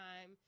time